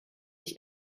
ich